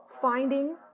finding